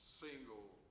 single